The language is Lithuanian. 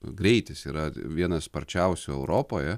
greitis yra vienas sparčiausių europoje